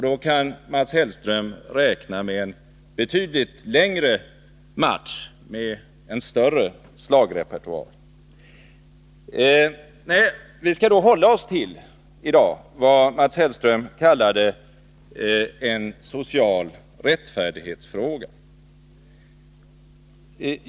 Då kan Mats Hellström räkna med en betydligt längre match med en större slagrepertoar. Nej, vi skall i dag hålla oss till vad Mats Hellström kallade en social rättfärdighetsfråga.